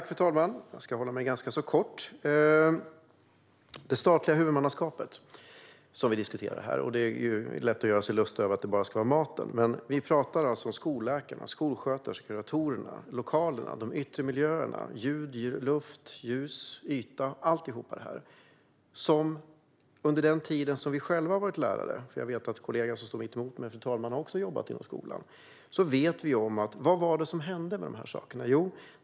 Fru talman! Jag ska fatta mig ganska kort. Vi diskuterar det statliga huvudmannaskapet. Det är lätt att göra sig lustig över det och låtsas att det bara är maten. Men vi talar alltså om skolläkarna, skolsköterskorna, kuratorerna, lokalerna, de yttre miljöerna, ljud, luft, ljus och yta, allt det. Under den tid vi själva var lärare - jag vet nämligen att kollegan som står mittemot mig också har jobbat inom skolan, fru talman - vet vi vad som hände med de sakerna.